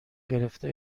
گرفته